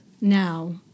now